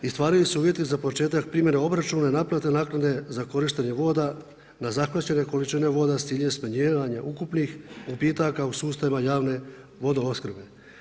I ostvaruju se uvjeti za početak primjere proračuna i naplate naknade za korištenje voda na zahvaćene količina voda, s ciljem smanjivanja ukupnih gubitaka u sustavima javne vodoopskrbe.